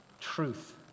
truth